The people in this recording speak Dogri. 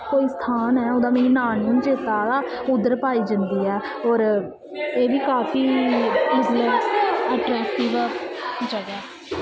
कोई स्थान ऐ ओह्दा मिगी नांऽ निं हून चेत्ता आ दा उद्धर पाई जंदी ऐ होर एह् बी काफी मतलब अट्रैकटिव जगह् ऐ